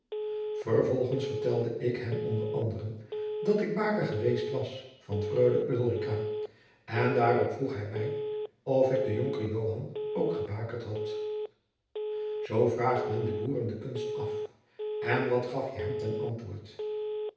vervolgens vertelde ik hem onder anderen dat ik baker geweest was van freule ulrica en daarop vroeg hij mij of ik den jonker joan ook gebakerd had jacob van lennep de pleegzoon zoo vraagt men de boeren de kunst af en wat gaf je hem ten antwoord